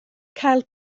cael